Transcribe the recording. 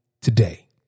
today